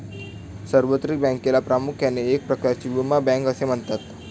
सार्वत्रिक बँकेला प्रामुख्याने एक प्रकारची विमा बँक असे म्हणतात